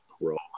role